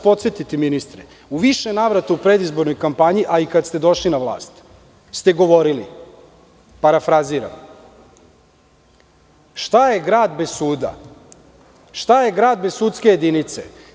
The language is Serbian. Podsetiću vas ministre, u više navrata u predizbornoj kampanji, a kada ste došli na vlast ste govorili, parafraziram – šta je grad bez suda, šta je grad bez sudske jedinice.